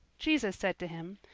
jesus said to him,